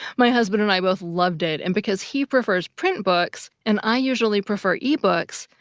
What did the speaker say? my husband and i both loved it, and because he prefers print books, and i usually prefer ebooks,